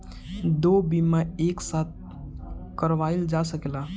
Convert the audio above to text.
दो बीमा एक साथ करवाईल जा सकेला?